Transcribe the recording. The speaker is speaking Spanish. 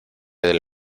del